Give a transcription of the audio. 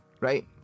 right